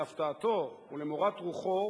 להפתעתו ולמורת רוחו,